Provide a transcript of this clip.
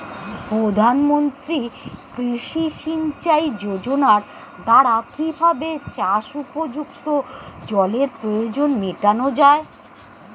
প্রধানমন্ত্রী কৃষি সিঞ্চাই যোজনার দ্বারা কিভাবে চাষ উপযুক্ত জলের প্রয়োজন মেটানো য়ায়?